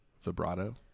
vibrato